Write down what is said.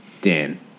Dan